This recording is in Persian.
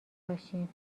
باشیم